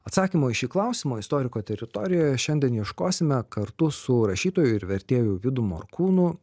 atsakymo į šį klausimą istoriko teritorijoje šiandien ieškosime kartu su rašytoju ir vertėju vidu morkūnu